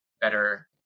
better